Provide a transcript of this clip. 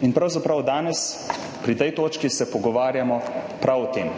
In pravzaprav se danes pri tej točki pogovarjamo prav o tem.